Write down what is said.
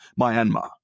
Myanmar